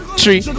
three